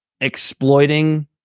exploiting